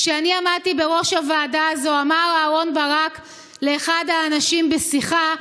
כשאני עמדתי בראש הוועדה הזאת אמר אהרן ברק לאחד האנשים בשיחה: